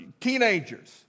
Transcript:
teenagers